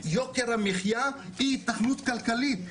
יוקר המחייה והיתכנות כלכלית,